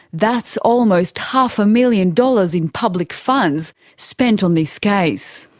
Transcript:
that's almost half-a-million dollars in public funds spent on this case.